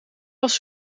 was